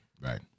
Right